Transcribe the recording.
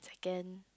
then